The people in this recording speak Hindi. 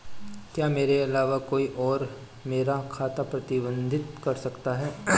क्या मेरे अलावा कोई और मेरा खाता प्रबंधित कर सकता है?